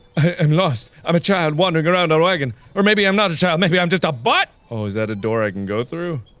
am lost. i'm a child wandering around in a wagon. or maybe i'm not a child maybe i'm just a butt! oh is that a door i can go through?